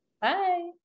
Bye